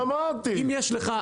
אז אמרתי,